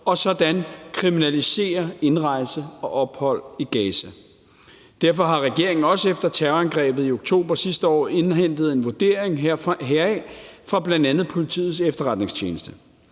og sådan kriminalisere indrejse og ophold i Gaza. Derfor har regeringen også efter terrorangrebet i oktober sidste år indhentet en vurdering heraf fra bl.a. Politiets Efterretningstjeneste.